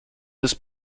des